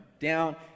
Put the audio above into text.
down